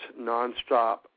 nonstop